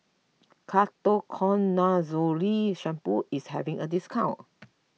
Ketoconazole Shampoo is having a discount